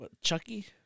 Chucky